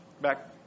back